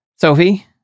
Sophie